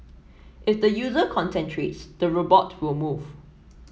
if the user concentrates the robot will move